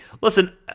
Listen